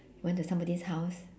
went to somebody's house